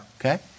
Okay